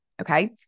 okay